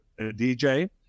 DJ